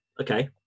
Okay